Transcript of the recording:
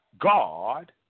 God